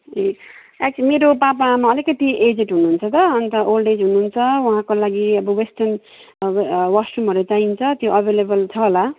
ए एक्च मेरो पापा आमा अलिकति एजेड हुनुहुन्छ त अन्त ओल्डएज हुनुहुन्छ उहाँको लागि अब वेस्टर्न वासरूमहरू चाहिन्छ त्यो अभाइलेबल छ होला